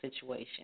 situation